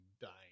dying